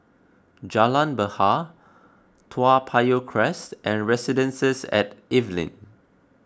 Jalan Bahar Toa Payoh Crest and Residences at Evelyn